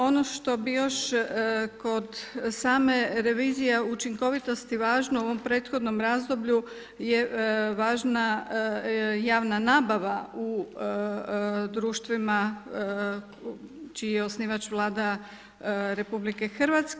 Ono što bi još kod same revizije učinkovitosti važno u ovom prethodnom razdoblju je važna javna nabava u društvima čiji je osnivač Vlada RH.